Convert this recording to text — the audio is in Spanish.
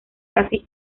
casi